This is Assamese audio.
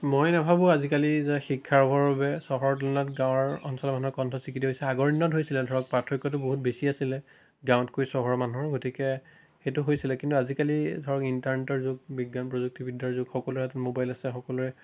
মই নাভাবো আজিকালি যে শিক্ষা লাভৰ বাবে চহৰৰ তুলনাত গাঁৱৰ অঞ্চলৰ মানুহৰ হৈছে আগৰ দিনত হৈছিলে ধৰক পাৰ্থক্যটো বহুত বেছি আছিলে গাঁৱতকৈ চহৰৰ মানুহৰ গতিকে সেইটো হৈছিলে কিন্তু আজিকালি ধৰক ইণ্টাৰনেটৰ যুগ বিজ্ঞান প্ৰযুক্তিবিদ্যাৰ যুগ সকলোৰে হাতত ম'বাইল আছে সকলোৰে